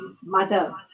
mother